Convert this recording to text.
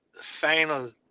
final